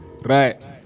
Right